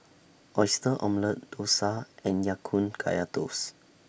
Oyster Omelette Dosa and Ya Kun Kaya Toast